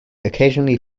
occasionally